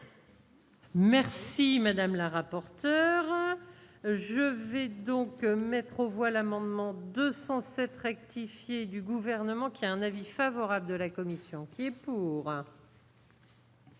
Merci madame la rapporteure, je vais donc mettre aux voile amendement 207 rectifier du gouvernement qui a un avis favorable de la commission qui pour.